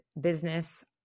business